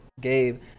Gabe